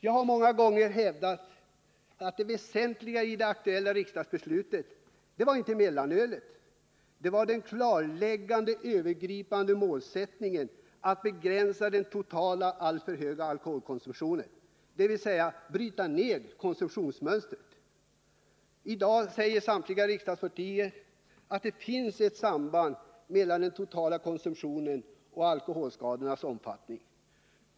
Jag har många gånger hävdat att det väsentliga i det aktuella riksdagsbeslutet inte var frågån om mellanölet utan den klarläggande, övergripande målsättningen ”att begränsa den totala, alltför höga alkoholkonsumtionen”, dvs. att bryta konsumtionsmönstret. Samtliga riksdagspartier säger i dag att det finns ett samband mellan den totala konsumtionen och alkoholskadornas omfattning.